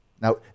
now